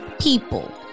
People